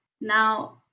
now